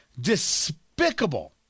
despicable